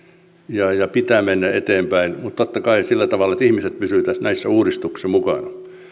ja ja pitää mennä eteenpäin mutta totta kai sillä tavalla että ihmiset pysyvät näissä uudistuksissa mukana